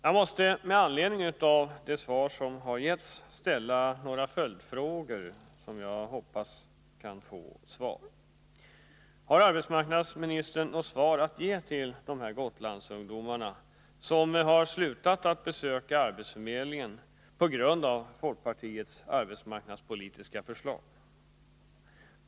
Jag måste med anledning av det svar som har getts ställa några följdfrågor, som jag hoppas kan få ett svar: Har arbetsmarknadsministern något swar att ge till de här Gotlandsungdomarna som har slutat besöka arbetsförmedlingen på grund av folkpartiets arbetsmarknadspolitiska förslag?